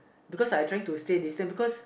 because I trying to stay distance